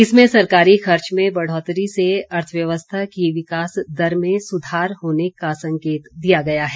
इसमें सरकारी खर्च में बढ़ोतरी से अर्थव्यवस्था की विकास दर में सुधार होने का संकेत दिया गया है